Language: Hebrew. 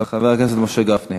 חבר הכנסת משה גפני.